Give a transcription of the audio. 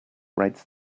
writes